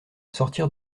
sortir